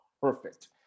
perfect